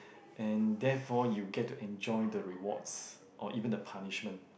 and therefore you get to enjoy the rewards or even the punishment